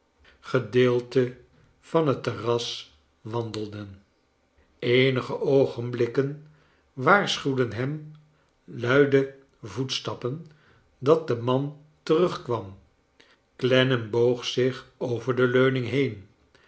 gedeelte van het terras wandelden eenige oogenblikken waarschuwden hem luide voetstappen dat de man terugkwam clennam bocg zich over de leuning heen